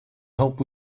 help